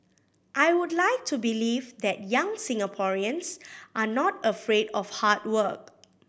I would like to believe that young Singaporeans are not afraid of hard work